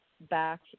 back